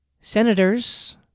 senators